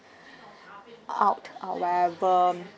out uh wherever